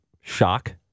shock